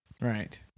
Right